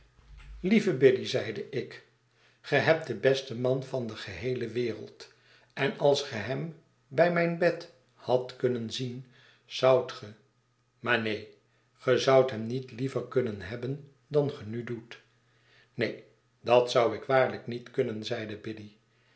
lieve biddy zeide ik ge hebt den besten man van de geheele wereld en als ge hem bij mijn bed hadt kunnen zien zoudt ge maar neen ge zoudt hem niet liever kunnen hebben dan ge nu doet neen dat zou ik waarlijk niet kunnen zeide biddy